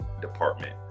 department